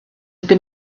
have